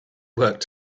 worked